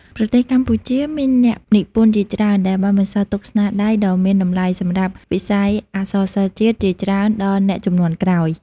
ប្រទេសកម្ពុជា មានអ្នកនិពន្ធជាច្រើនដែលបានបន្សល់ទុកស្នាដៃ ដ៏មានតម្លៃសម្រាប់វិស័យអក្សរសិល្ប៍ជាតិជាច្រើនដល់អ្នកជំនាន់ក្រោយ។